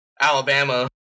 Alabama